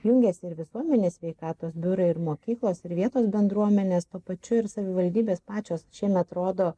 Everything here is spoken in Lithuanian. jungiasi ir visuomenės sveikatos biurai ir mokyklos ir vietos bendruomenės tuo pačiu ir savivaldybės pačios šiemet rodo